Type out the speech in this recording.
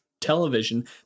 television